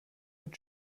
mit